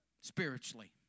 spiritually